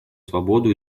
свободу